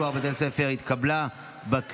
הצבעה אלקטרונית.